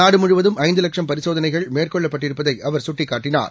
நாடுமுழுவதும் ஐந்துலட்சம் பரிசோதனைகள் மேற்கொள்ளப் பட்டிருப்பதைஅவர் சுட்டிக்காட்டினார்